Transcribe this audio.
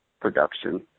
production